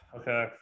Okay